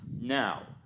Now